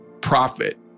profit